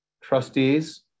trustees